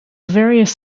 various